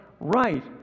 right